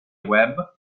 web